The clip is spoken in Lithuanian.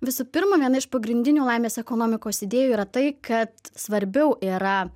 visų pirma viena iš pagrindinių laimės ekonomikos idėjų yra tai kad svarbiau yra